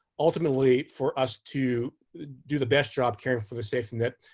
ultimately, for us to do the best job caring for the safety net,